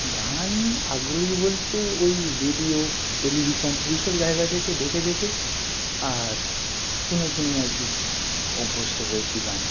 গান আগ্রহী বলতে ওই রেডিও টেলিভিশন এইসব জায়গা থেকে দেখে দেখে আর শুনে শুনেই আর কি অভ্যস্ত হয়েছি গানে